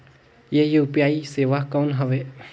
ये यू.पी.आई सेवा कौन हवे?